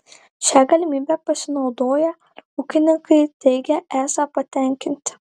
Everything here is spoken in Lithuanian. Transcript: šia galimybe pasinaudoję ūkininkai teigia esą patenkinti